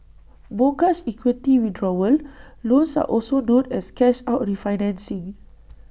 mortgage equity withdrawal loans are also known as cash out refinancing